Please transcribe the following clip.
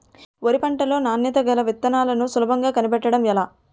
వరి పంట లో నాణ్యత గల విత్తనాలను సులభంగా కనిపెట్టడం ఎలా?